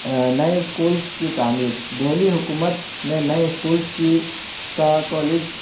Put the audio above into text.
نئے اسکولز کی تعمیر دہلی حکومت نے نئے اسکولز کی کا کالج